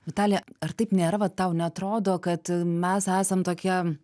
vitalija ar taip nėra va tau neatrodo kad mes esam tokie